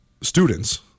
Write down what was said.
students